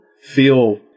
feel